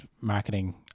marketing